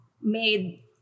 made